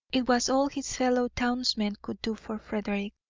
it was all his fellow-townsmen could do for frederick.